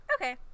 Okay